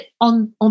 on